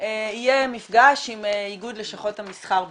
יהיה מפגש עם איגוד לשכות המסחר בלבד.